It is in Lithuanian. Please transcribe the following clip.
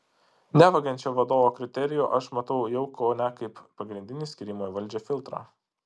nevagiančio vadovo kriterijų aš matau jau kone kaip pagrindinį skyrimo į valdžią filtrą